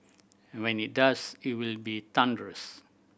and when it does it will be thunderous